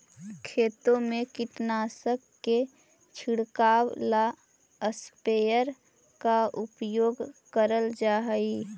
खेतों में कीटनाशक के छिड़काव ला स्प्रेयर का उपयोग करल जा हई